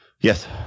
Yes